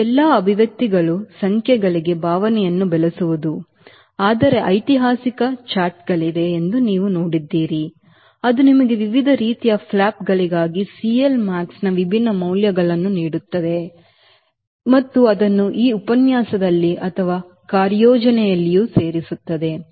ಈ ಎಲ್ಲಾ ಅಭಿವ್ಯಕ್ತಿಗಳು ಸಂಖ್ಯೆಗಳಿಗೆ ಭಾವನೆಯನ್ನು ಬೆಳೆಸುವುದು ಆದರೆ ಐತಿಹಾಸಿಕ ಚಾರ್ಟ್ಗಳಿವೆ ಎಂದು ನೀವು ನೋಡುತ್ತೀರಿ ಅದು ನಿಮಗೆ ವಿವಿಧ ರೀತಿಯ ಫ್ಲಾಪ್ಗಳಿಗಾಗಿ CLmaxನ ವಿಭಿನ್ನ ಮೌಲ್ಯಗಳನ್ನು ನೀಡುತ್ತದೆ ಮತ್ತು ಅದನ್ನು ಈ ಉಪನ್ಯಾಸದಲ್ಲಿ ಅಥವಾ ಕಾರ್ಯಯೋಜನೆಯಲ್ಲಿಯೂ ಸೇರಿಸುತ್ತದೆ